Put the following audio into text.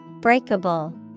Breakable